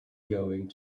going